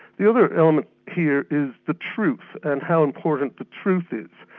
the other element here is the truth, and how important the truth is,